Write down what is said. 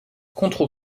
contre